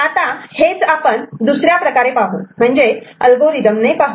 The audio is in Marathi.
आता हेच आपण दुसर्या प्रकारे पाहू म्हणजेच अल्गोरिदम ने पाहू